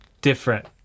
different